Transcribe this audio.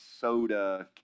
soda